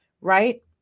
right